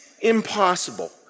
impossible